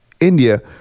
India